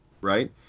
Right